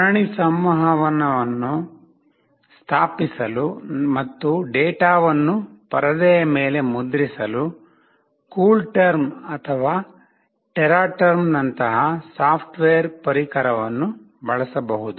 ಸರಣಿ ಸಂವಹನವನ್ನು ಸ್ಥಾಪಿಸಲು ಮತ್ತು ಡೇಟಾವನ್ನು ಪರದೆಯ ಮೇಲೆ ಮುದ್ರಿಸಲು ಕೂಲ್ಟೆರ್ಮ್ ಅಥವಾ ಟೆರಾಟರ್ಮ್ನಂತಹ ಸಾಫ್ಟ್ವೇರ್ ಪರಿಕರವನ್ನು ಬಳಸಬಹುದು